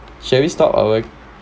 shall we stop